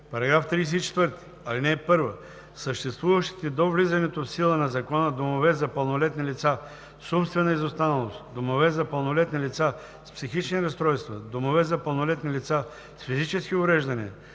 става § 34: „§ 34. (1) Съществуващите до влизането в сила на закона домове за пълнолетни лица с умствена изостаналост, домове за пълнолетни лица с психични разстройства, домове за пълнолетни лица с физически увреждания,